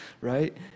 right